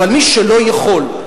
אבל מי שלא יכול,